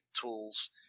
tools